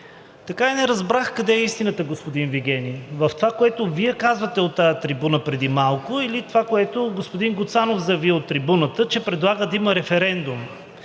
Така и не разбрах къде е истината, господин Вигенин? В това, което Вие казахте от тази трибуна преди малко, или в това, което господин Гуцанов заяви от трибуната, че предлага да има референдум?